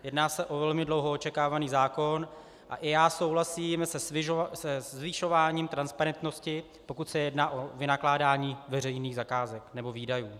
Jedná se o velmi dlouho očekávaný zákon a i já souhlasím se zvyšováním transparentnosti, pokud se jedná o vynakládání veřejných zakázek nebo výdajů.